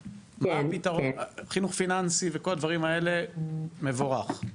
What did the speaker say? חינוך פיננסי, וכל הדברים האלה מבורך.